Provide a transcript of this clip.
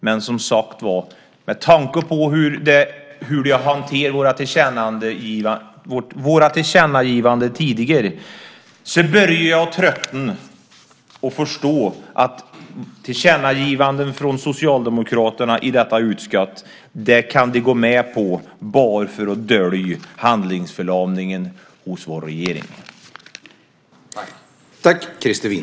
Men, som sagt, med tanke på hur de tidigare hanterat våra tillkännagivanden börjar jag tröttna och förstå att tillkännagivanden från Socialdemokraterna i detta utskott kan de gå med på bara för att dölja handlingsförlamningen hos regeringen.